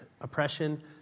oppression